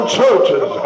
churches